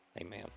Amen